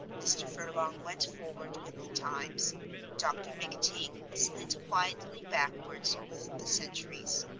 mr. furlong went forward with the times dr. mcteague slid quietly backwards with the centuries.